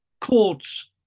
courts